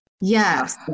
Yes